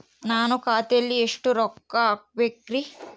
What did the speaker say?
ನಾನು ಖಾತೆಯಲ್ಲಿ ಎಷ್ಟು ರೊಕ್ಕ ಹಾಕಬೇಕ್ರಿ?